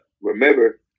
remember